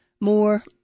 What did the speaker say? more